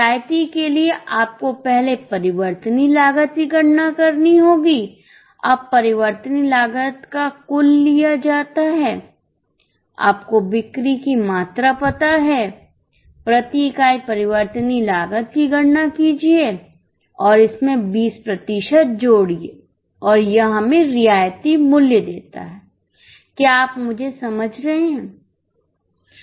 रियायती के लिए आपको पहले परिवर्तनीय लागत की गणना करनी होगी अबपरिवर्तनीय लागत का कुल लिया जाता है आपको बिक्री की मात्रा पता है प्रति इकाई परिवर्तनीय लागत की गणना कीजिए और इसमें 20 प्रतिशत जोड़िए और यह हमें रियायती मूल्य देता है क्या आप मुझे समझ रहे हैं